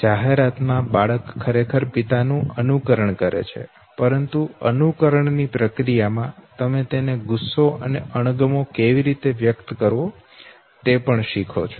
જાહેરાત માં બાળક ખરેખર પિતા નું અનુકરણ કરે છે પરંતુ અનુકરણ ની પ્રક્રિયામાં તમે તેનો ગુસ્સો અને અણગમો કેવી રીતે વ્યક્ત કરવો તે પણ શીખો છો